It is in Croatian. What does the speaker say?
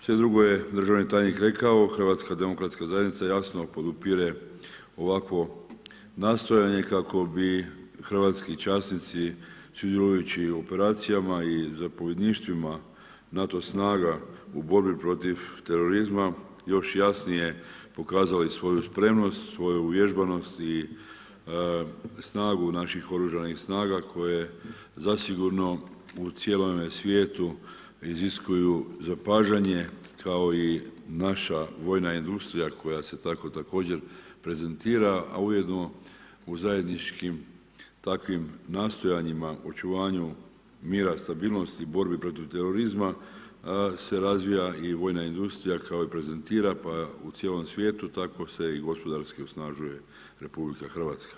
Sve drugo je državni tajnik rekao, HDZ jasno podupire ovakvo nastojanje kako bi hrvatski časnici, sudjelujući u operacijama i zapovjedništvima NATO snaga u borbi protiv terorizma još jasnije pokazala svoju spremnost, svoju uvježbanost i snagu naših oružanih snaga, koje zasigurno u cijelome ovome svijetu iziskuju zapažanje kao i naša vojna industrija, koja se također prezentira, a ujedno u zajedničkim takvim nastojanjima, očuvanju mira stabilnosti borbi protiv terorizma, se razvija i vojna industrija kao i prezentira pa u cijelom svijetu, tako se i gospodarski osnažuje RH.